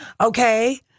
okay